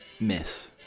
miss